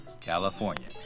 California